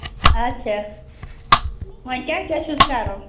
اَچھا وۅنۍ کیٛاہ کیٛاہ چھُس کَرُن